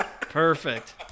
Perfect